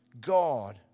God